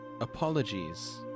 apologies